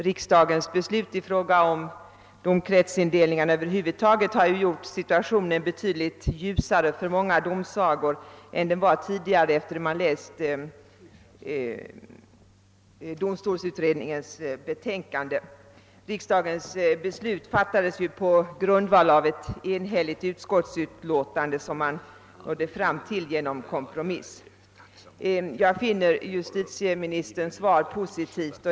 Riksdagens beslut beträffande domkretsindelningarna har utan tvivel skapat en betydligt ljusare situation för många domsagor än tidigare vilket framgick då man tog del av domstolsutredningens betänkande. Riksdagens beslut fattades på grundval av ett enhälligt utskottsutlåtande, vilket åstadkoms genom kompromiss. Jag finner justitieministerns svar positivt.